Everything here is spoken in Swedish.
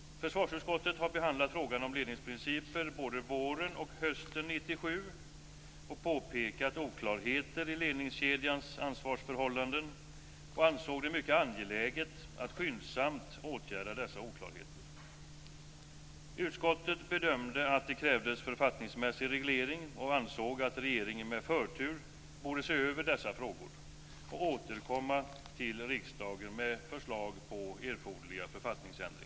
Försvarsutskottet har behandlat frågan om ledningsprinciper både våren och hösten 1997 och påpekat oklarheter i ledningskedjans ansvarsförhållanden. Utskottet ansåg det mycket angeläget att skyndsamt åtgärda dessa oklarheter. Utskottet bedömde att det krävdes författningsmässig reglering och ansåg att regeringen med förtur borde se över dessa frågor och återkomma till riksdagen med förslag till erforderliga författningsändringar.